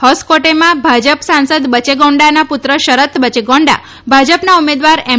હોસકોટેમાં ભાજપ સાંસદ બચેગૌંડાના પુત્ર શરથ બચેગૌંડા ભાજપના ઉમેદવાર એમ